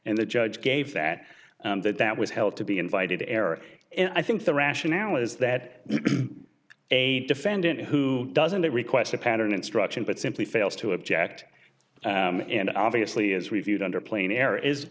and the judge gave that that that was held to be invited to error and i think the rationale is that a defendant who doesn't request a pattern instruction but simply fails to object and obviously is reviewed under plain error is